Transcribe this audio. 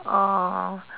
oh